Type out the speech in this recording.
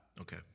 Okay